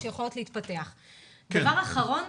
דבר אחרון,